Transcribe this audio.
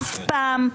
אף פעם,